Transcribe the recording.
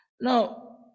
Now